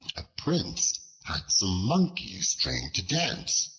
a prince had some monkeys trained to dance.